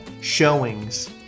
showings